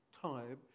time